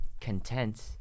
content